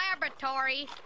laboratory